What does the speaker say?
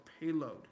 payload